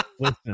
Listen